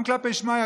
גם כלפי שמע יה,